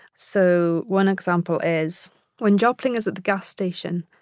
so one example is when joplin is at the gas station,